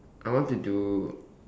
I want to do